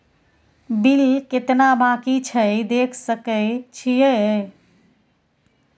Bill केतना बाँकी छै देख सके छियै?